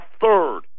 third